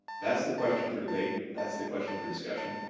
that's the question for debate. that's the question for discussion.